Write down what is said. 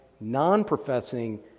non-professing